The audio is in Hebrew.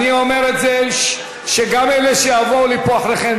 אני אומר שגם אלה שיבואו אלי אחריכם,